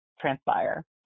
transpire